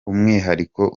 umwihariko